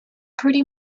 pretty